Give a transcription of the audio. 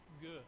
good